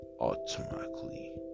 automatically